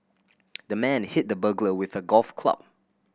the man hit the burglar with a golf club